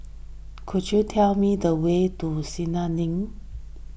could you tell me the way to Senja Link